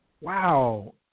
wow